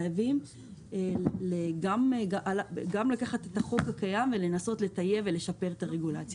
אלא חייבים לקחת את החוק הקיים ולנסות לטייב ולשפר את הרגולציה.